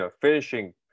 Finishing